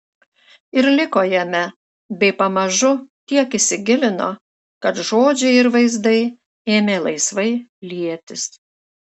ir liko jame bei pamažu tiek įsigilino kad žodžiai ir vaizdai ėmė laisvai lietis